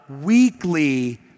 weekly